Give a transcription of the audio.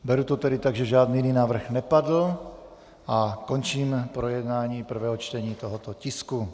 Beru to tedy tak, že žádný jiný návrh nepadl, a končím projednávání prvého čtení tohoto tisku.